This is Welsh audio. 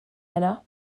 heno